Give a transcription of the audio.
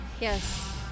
Yes